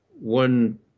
one